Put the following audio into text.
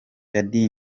dady